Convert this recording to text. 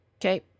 Okay